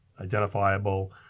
identifiable